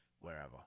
wherever